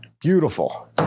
Beautiful